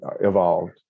evolved